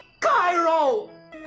Cairo